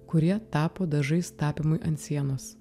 kurie tapo dažais tapymui ant sienos